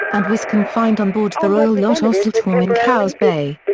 and was confined on board the royal yacht osltorm in cowes bay.